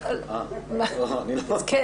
הבנת,